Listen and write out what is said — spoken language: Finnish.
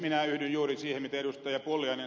minä yhdyn juuri siihen mitä ed